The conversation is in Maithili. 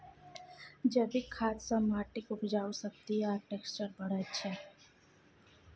जैबिक खाद सँ माटिक उपजाउ शक्ति आ टैक्सचर बढ़ैत छै